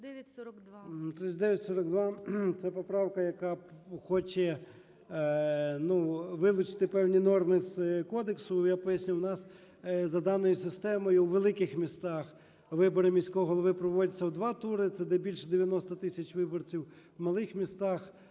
3942 - це поправка, яка хоче вилучити певні норми з кодексу. Я поясню. У нас за даною системою у великих містах вибори міського голови проводяться в два тури. Це не більше 90 тисяч виборців, в малих містах,